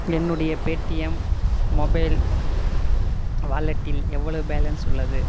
என்னுடைய Paytm mobile வாலெட்டில் எவ்வளவு பேலன்ஸ் உள்ளது